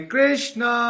Krishna